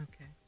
Okay